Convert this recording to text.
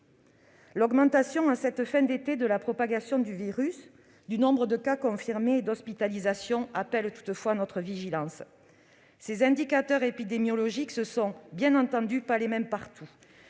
L'augmentation à la fin de l'été de la propagation du virus, du nombre de cas confirmés et d'hospitalisations appelle toutefois notre vigilance. Ces indicateurs épidémiologiques ne sont bien entendu pas les mêmes partout.